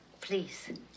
please